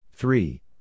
Three